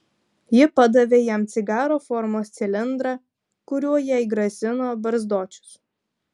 ji padavė jam cigaro formos cilindrą kuriuo jai grasino barzdočius